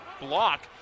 block